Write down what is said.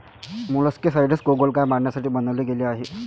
molluscicides गोगलगाय मारण्यासाठी बनवले गेले आहे